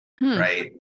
Right